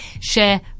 share